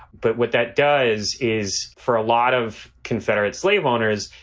but what that does is for a lot of confederate slave owners,